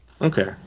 Okay